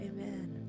Amen